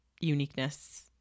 uniqueness